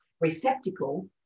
receptacle